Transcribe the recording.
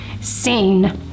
scene